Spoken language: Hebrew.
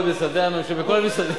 בכל המשרדים,